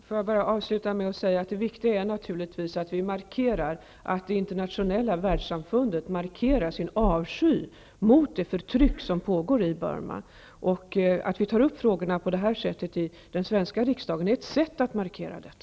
Herr talman! Det viktiga är naturligtvis att det internationella världssamfundet markerar sin avsky mot det förtryck som pågår i Burma. Att ta upp frågorna i den svenska riksdagen är ett sätt att markera detta.